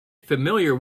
familiar